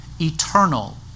eternal